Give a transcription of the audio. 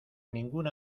ninguna